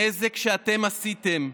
הנזק שאתם עשיתם,